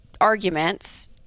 arguments